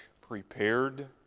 prepared